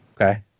Okay